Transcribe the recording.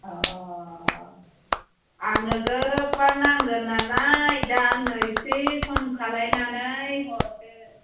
ओ आंनो गोबां नांगोन नालाय दा आंनो एसे खम खालामनानै हरदो